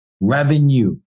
revenue